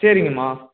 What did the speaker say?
சரிங்கம்மா